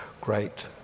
great